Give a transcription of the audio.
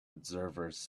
observers